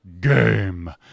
Game